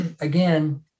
Again